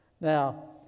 now